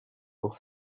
pour